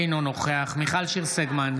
אינו משתתף בהצבעה מיכל שיר סגמן,